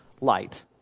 light